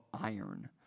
iron